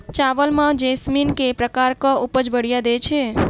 चावल म जैसमिन केँ प्रकार कऽ उपज बढ़िया दैय छै?